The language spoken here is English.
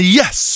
yes